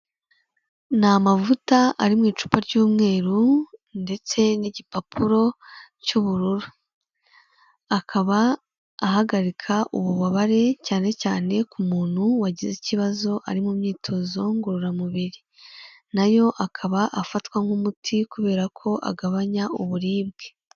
Ni amavuta ari mu icupa ry'umweru ndetse n'igipapuro cy'ubururu. Akaba ahagarika ububabare cyane cyane ku muntu wagize ikibazo ari mu myitozo ngororamubiri. Na yo akaba afatwa nk'umuti kubera ko agabanya uburibwe.